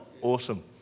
Awesome